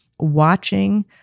watching